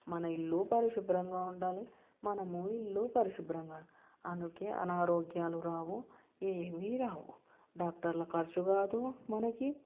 మన ఇల్లు పరిశుభ్రంగా ఉండాలి మనము ఇల్లు పరిశుభ్రంగా అందుకే అనారోగ్యాలు రావు ఏమీ రావు డాక్టర్ల ఖర్చు కాదు మనకి